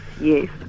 yes